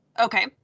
Okay